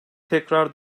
tekrar